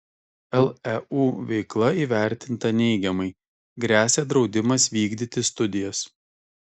leu veikla įvertinta neigiamai gresia draudimas vykdyti studijas